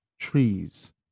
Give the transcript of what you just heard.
trees